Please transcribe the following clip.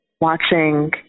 watching